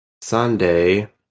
Sunday